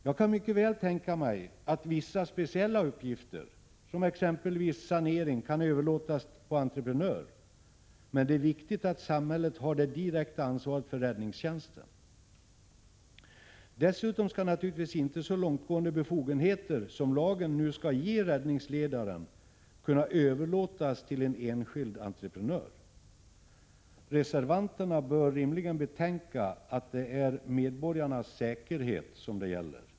Jag kan mycket väl tänka mig att vissa speciella uppgifter, som exempelvis sanering, kan överlåtas på entreprenör. Men det är viktigt att samhället har det direkta ansvaret för räddningstjänsten. Dessutom skall naturligtvis inte så långtgående befogenheter som lagen nu ger räddningsledaren kunna överlåtas till en enskild entreprenör. Reservanterna bör betänka att det är medborgarnas säkerhet som det gäller.